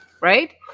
right